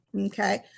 okay